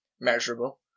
Measurable